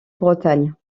bretagne